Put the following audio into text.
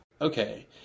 Okay